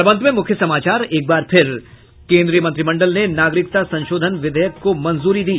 और अब अंत में मुख्य समाचार एक बार फिर केन्द्रीय मंत्रिमंडल ने नागरिकता संशोधन विधेयक को मंजूरी दी